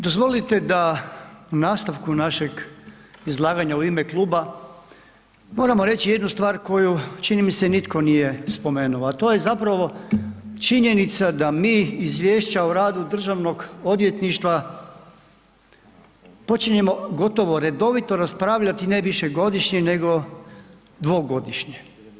Dozvolite da u nastavku našeg izlaganja u ime kluba moramo reći jednu stvar koju čini mi se nitko nije spomenuo, a to je zapravo činjenica da mi izvješća o radu državnog odvjetništva počinjemo gotovo redovito raspravljati ne višegodišnje nego dvogodišnje.